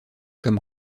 comme